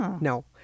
No